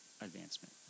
advancement